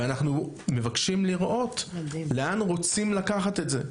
ואנחנו מבקשים לראות לאן רוצים לקחת את זה.